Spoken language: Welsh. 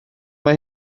mae